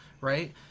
right